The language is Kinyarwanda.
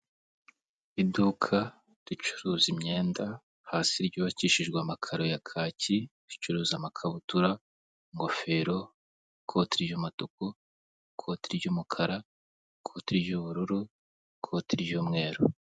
Iduka ricuruza imyenda, hasi ryubakishijwe amakaro ya kaki, ricuruza amakabutura, ingofero n'ikote ry'umutuku n'ikote ry'umukara n'ikote ry'ubururu n'ikote ry'umweru.